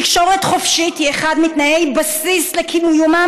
תקשורת חופשית היא אחת מתנאי בסיס לקיומם